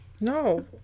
no